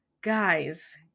guys